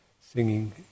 singing